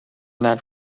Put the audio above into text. ned